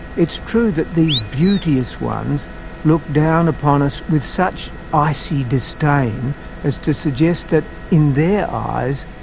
it's true that these beauteous ones looked down upon us with such icy disdain as to suggest that, in their eyes,